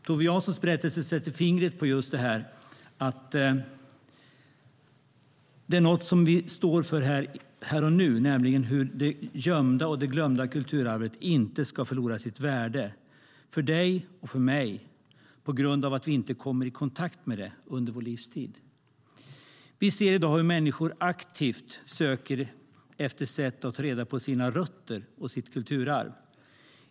Tove Janssons berättelse sätter fingret på just det vi diskuterar här och nu, nämligen hur det gömda och glömda kulturarvet inte ska förlora sitt värde - för dig och för mig - på grund av att vi inte kommer i kontakt med det under vår livstid. Vi ser i dag hur människor aktivt söker efter sätt att ta reda på sina rötter och sitt kulturarv.